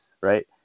right